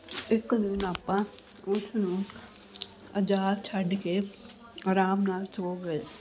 ਇੱਕ ਦਿਨ ਆਪਾਂ ਉਸਨੂੰ ਆਜ਼ਾਦ ਛੱਡ ਕੇ ਆਰਾਮ ਨਾਲ ਸੌਂ ਗਏ